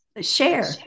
Share